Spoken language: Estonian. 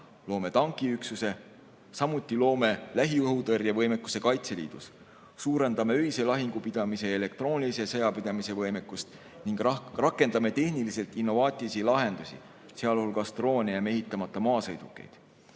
loome tankiüksuse, samuti loome lähiõhutõrjevõimekuse Kaitseliidus, suurendame öise lahingupidamise ja elektroonilise sõjapidamise võimekust ning rakendame tehniliselt innovaatilisi lahendusi, sealhulgas droone ja mehitamata maasõidukeid.